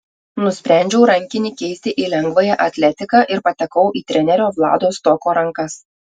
nusprendžiau rankinį keisti į lengvąją atletiką ir patekau į trenerio vlado stoko rankas